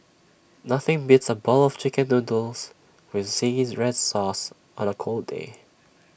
nothing beats A bowl of Chicken Noodles with Zingy Red Sauce on A cold day